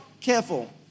careful